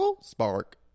spark